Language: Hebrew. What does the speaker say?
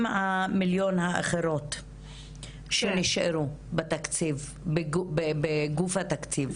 ה-50 מיליון האחרים שנשארו בגוף התקציב.